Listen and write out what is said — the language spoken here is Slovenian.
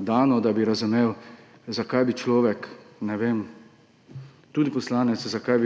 dano, da bi razumel, zakaj bi človek, tudi poslanec